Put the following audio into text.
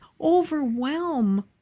overwhelm